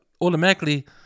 automatically